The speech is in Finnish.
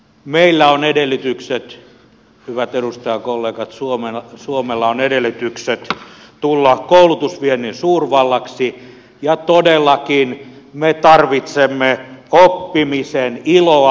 suomella on edellytykset hyvät edustajakollegat tulla koulutusviennin suurvallaksi ja todellakin me tarvitsemme oppimisen iloa